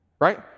right